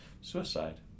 suicide